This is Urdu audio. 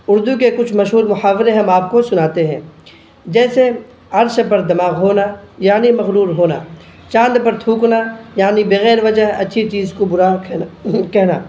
اردو کے کچھ مشہور محاورے ہم آپ کو سناتے ہیں جیسے عرش پردماغ ہونا یعنی مغرور ہونا چاند پر تھوکنا یعنی بغیر وجہ اچھی چیز کو برا کہنا